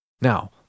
Now